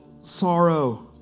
sorrow